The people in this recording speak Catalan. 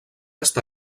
està